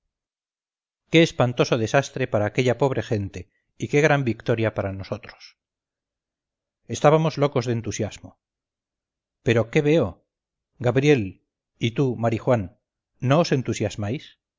qué espantoso desastre para aquella pobre gente y qué gran victoriapara nosotros estábamos locos de entusiasmo pero qué veo gabriel y tú marijuán no os entusiasmáis